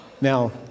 Now